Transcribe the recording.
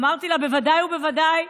אמרתי לה, בוודאי ובוודאי,